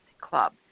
Club